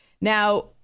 Now